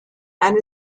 and